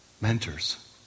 Mentors